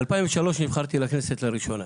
ב-2003 נבחרתי לכנסת לראשונה.